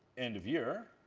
and of year,